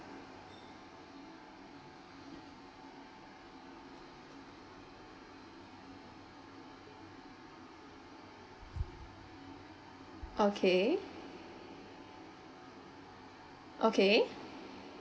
okay okay